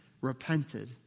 repented